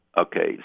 Okay